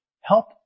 help